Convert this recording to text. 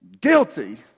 guilty